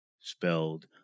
spelled